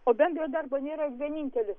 o bendro darbo nėra vienintelis